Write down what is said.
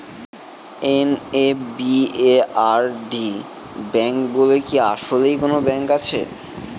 NABARD bank বলে কি আসলেই কোনো ব্যাংক আছে?